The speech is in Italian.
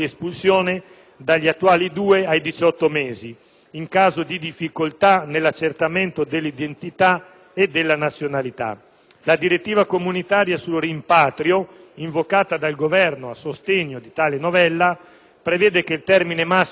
in caso di difficoltà nell'accertamento dell'identità e della nazionalità. La direttiva comunitaria sul rimpatrio, invocata dal Governo a sostegno di tale novella, prevede che il termine massimo di 18 mesi valga per i casi di resistenza